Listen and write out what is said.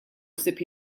ħsieb